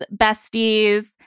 besties